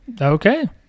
Okay